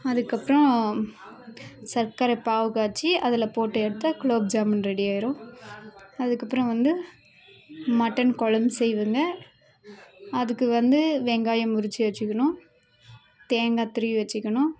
அதுக்கப்புறம் சர்க்கரை பாவு காய்ச்சி அதில் போட்டு எடுத்தால் குளோப் ஜாமுன் ரெடி ஆகிடும் அதுக்கப்புறம் வந்து மட்டன் குழம்பு செய்வேங்க அதுக்கு வந்து வெங்காயம் உரித்து வச்சுக்கணும் தேங்காய் திருவி வச்சுக்கணும்